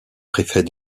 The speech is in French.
préfet